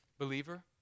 Believer